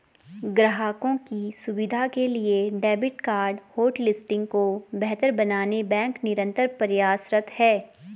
ग्राहकों की सुविधा के लिए डेबिट कार्ड होटलिस्टिंग को बेहतर बनाने बैंक निरंतर प्रयासरत है